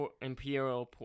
Imperial